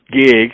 gig